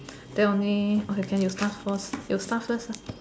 then only okay can you start first you start first lah